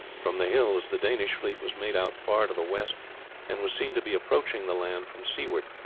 from the hills the danish fleet was made out far to the west and was seen to be approaching the land from seaward,